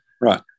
Right